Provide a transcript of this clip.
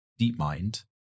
DeepMind